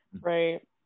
Right